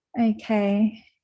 okay